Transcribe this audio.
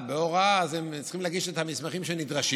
בהוראה הם צריכים להגיש את המסמכים הנדרשים.